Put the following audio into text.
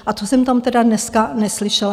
A to jsem tam tedy dneska neslyšela.